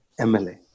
MLA